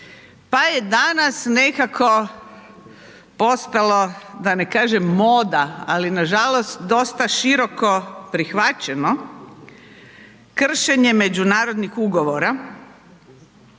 pa je danas nekako postalo da ne kažem moda, ali na žalost dosta široko prihvaćeno kršenje međunarodnih ugovora